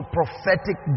prophetic